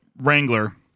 Wrangler